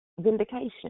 vindication